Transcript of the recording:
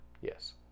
Yes